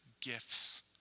gifts